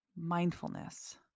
Mindfulness